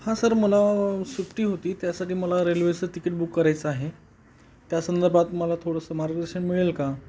हा सर मला सुट्टी होती त्यासाठी मला रेल्वेचं तिकीट बुक करायचं आहे त्या संदर्भात मला थोडंसं मार्गदर्शन मिळेल का